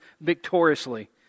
victoriously